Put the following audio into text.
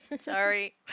sorry